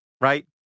right